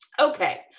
okay